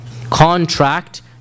contract